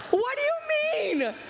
what do you mean?